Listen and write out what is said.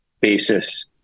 Basis